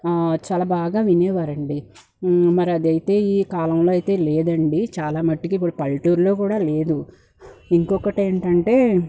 చాలా బాగా వినేవారండి మరదైతే ఈ కాలంలో అయితే లేదండి చాలా మట్టికి ఇప్పుడు పల్లెటూర్లో కూడా లేదు ఇంకొకటేంటంటే